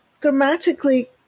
grammatically